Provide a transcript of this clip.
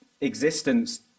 existence